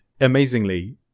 amazingly